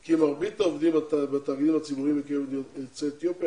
כי מרבית העובדים בתאגידים הציבוריים מקרב יוצאי אתיופיה